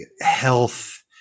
health